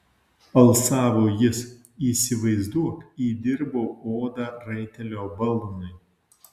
alsavo jis įsivaizduok įdirbau odą raitelio balnui